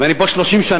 ואני פה 30 שנה.